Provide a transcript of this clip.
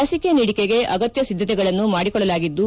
ಲಚಿಕೆ ನೀಡಿಕೆಗೆ ಅಗತ್ಯ ಸಿದ್ದತೆಗಳನ್ನು ಮಾಡಿಕೊಳ್ಳಲಾಗಿದ್ದು